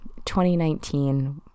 2019